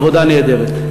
עבודה נהדרת.